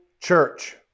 church